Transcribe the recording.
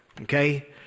Okay